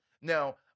Now